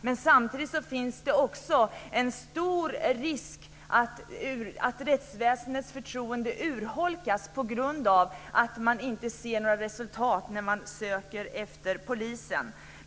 Men samtidigt finns det en stor risk för att rättsväsendets förtroende urholkas på grund av att man inte ser något resultat när man söker efter polisen.